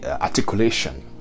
articulation